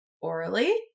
orally